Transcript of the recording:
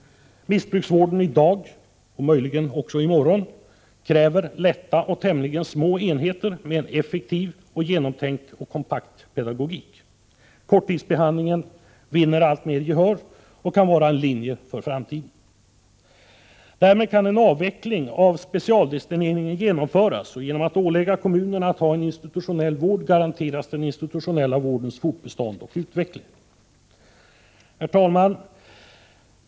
Missbrukarvården i dag — och möjligen också i morgon — kräver lätta och tämligen små enheter med en effektiv, genomtänkt och kompakt pedagogik. Korttidsbehandlingen vinner alltmer gehör och kan vara en linje för framtiden. Därmed kan en avveckling av specialdestineringen genomföras, och genom att kommunerna åläggs att bedriva en institutionell vård finns det garantier för den institutionella vårdens fortbestånd och utveckling. Herr talman!